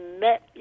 met